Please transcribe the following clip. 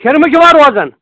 کھِرمہٕ چھِوا روزان